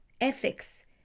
ethics